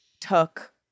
took